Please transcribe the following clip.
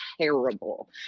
terrible